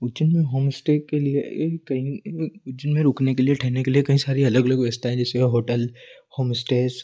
उज्जैन में home stay के लिए कहीं उज्जैन में रुकने के लिए ठहरने के लिए कई सारी अलग अलग व्यवस्थाएं हैं जैसे होटल होम इस्टे